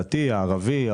הערבי,